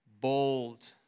bold